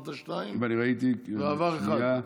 אמרת שתיים ועברה אחת.